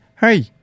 hey